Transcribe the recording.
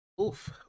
Oof